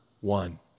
one